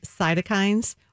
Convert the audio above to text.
Cytokines